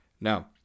now